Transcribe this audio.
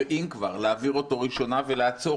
אם כבר להעביר אותו בקריאה ראשונה ולעצור